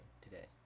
today